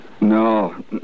No